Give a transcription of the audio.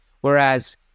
Whereas